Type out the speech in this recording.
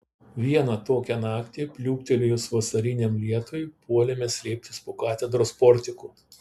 vieną tokią naktį pliūptelėjus vasariniam lietui puolėme slėptis po katedros portiku